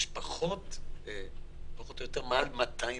יש פחות או יותר מעל 200 אנשים.